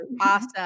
awesome